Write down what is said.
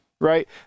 Right